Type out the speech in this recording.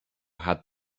had